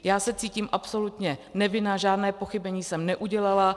Já se cítím absolutně nevinna, žádné pochybení jsem neudělala.